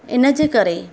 इनजे करे